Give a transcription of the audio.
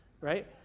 right